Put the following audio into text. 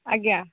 ଆଜ୍ଞା